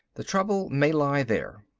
the trouble may lie there.